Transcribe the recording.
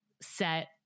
set